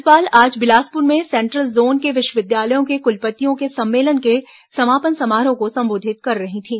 राज्यपाल आज बिलासपुर में सेन्ट्रल जोन के विश्वविद्यालयों के कुलपतियों के सम्मेलन के समापन समारोह को संबोधित कर रही थीं